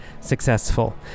successful